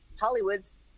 Hollywood's